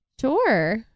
Sure